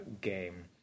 game